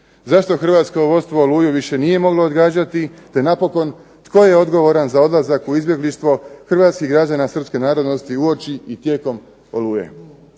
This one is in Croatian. zašto Hrvatsko vodstvo Oluju više nije moglo odgađati, te napokon tko je odgovoran za odlazak u izbjeglištvo Hrvatskih građana Srpske narodnosti uoči i tijekom Oluje.